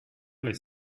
les